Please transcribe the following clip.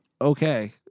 Okay